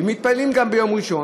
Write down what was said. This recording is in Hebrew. ומתפללים גם ביום ראשון,